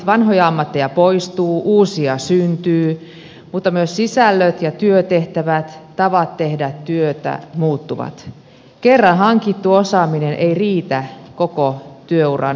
vanhoja ammatteja poistuu uusia syntyy mutta myös sisällöt ja työtehtävät tavat tehdä työtä muuttuvat kerran hankittu osaaminen ei riitä koko työuran ajaksi